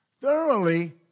Thoroughly